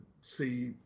see